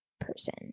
person